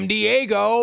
Diego